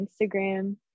instagram